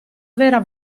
vera